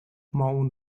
اون